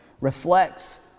reflects